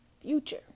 future